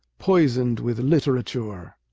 poisoned with literature!